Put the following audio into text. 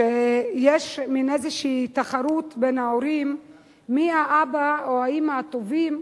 שיש מין תחרות בין ההורים מי האבא או האמא הטובים